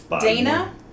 Dana